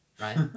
right